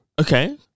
Okay